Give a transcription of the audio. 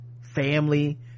family